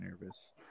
nervous